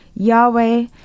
Yahweh